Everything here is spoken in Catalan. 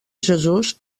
jesús